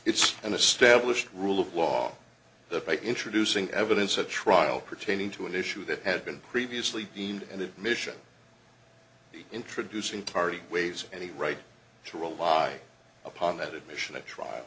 it's an established rule of law that by introducing evidence at trial pertaining to an issue that had been previously deemed an admission by introducing tardy waves and the right to rely upon that admission at trial